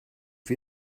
wie